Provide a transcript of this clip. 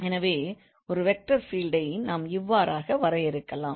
எனவே ஒரு வெக்டார் ஃபீல்டை நாம் இவ்வாறாக வரையறுக்கலாம்